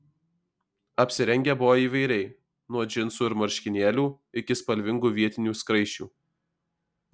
apsirengę buvo įvairiai nuo džinsų ir marškinėlių iki spalvingų vietinių skraisčių